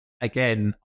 Again